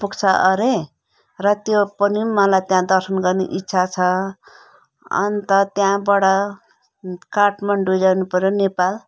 पुग्छ अरे र त्यो पनि मलाई त्यहाँ दर्शन गर्ने इच्छा छ अन्त त्यहाँबाट काठमाडौँ जानुपऱ्यो नेपाल